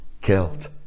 killed